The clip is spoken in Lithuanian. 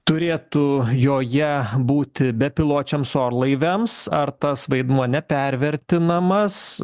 turėtų joje būti bepiločiams orlaiviams ar tas vaidmuo nepervertinamas